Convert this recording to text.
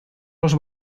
los